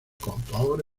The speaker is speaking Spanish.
coautor